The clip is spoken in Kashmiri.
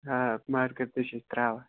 آ مارکر تہِ چھِ أسۍ ترٛاوان